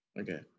okay